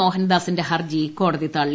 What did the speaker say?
മോഹൻദാസിന്റെ ഹർജി കോടതി തള്ളി